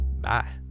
Bye